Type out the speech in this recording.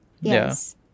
yes